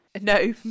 No